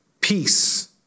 Peace